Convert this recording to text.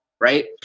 right